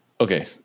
okay